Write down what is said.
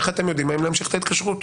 איך אתם יודעים אם להמשיך את ההתקשרות.